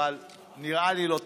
אבל זה נראה לי לא תקין,